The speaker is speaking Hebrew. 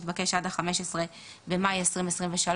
התבקש עד ה-15 במאי 2023,